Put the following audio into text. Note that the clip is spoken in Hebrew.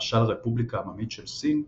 למשל הרפובליקה העממית של סין,